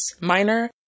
minor